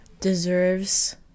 deserves